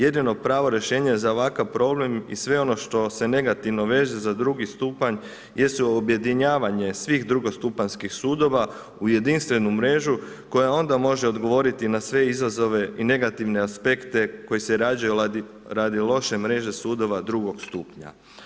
Jedino pravo rješenje za ovakav problem i sve ono što se negativno veže za drugi stupanj jesu objedinjavanje svih drugostupanjskih sudova u jedinstvenu mrežu koja onda može odgovoriti na sve izazove i nekativne aspekte koji se rađaju radi loše mreže sudova drugog stupnja.